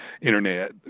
internet